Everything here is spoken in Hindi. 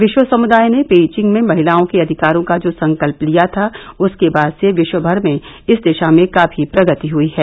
विरव समुदाय ने पेइविंग में महिलाओँ के अधिकारों का जो संकल्प लिया था उसके बाद से विश्वमर में इस दिशा में काफी प्रगति हुई है